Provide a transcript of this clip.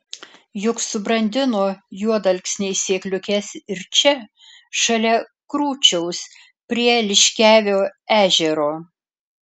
juk subrandino juodalksniai sėkliukes ir čia šalia krūčiaus prie liškiavio ežero